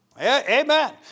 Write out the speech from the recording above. Amen